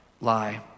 lie